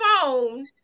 phone